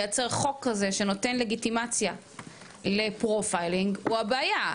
לייצר חוק כזה שנותן לגיטימציה לפרופיילינג הוא הבעיה.